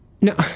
No